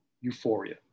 Euphoria